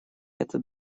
это